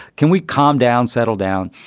can we calm down? settle down?